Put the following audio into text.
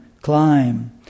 climb